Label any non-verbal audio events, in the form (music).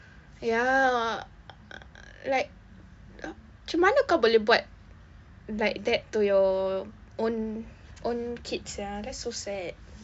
ya (noise) like (noise) macam mana kau boleh buat like that to your own own kid sia that's so sad